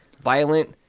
violent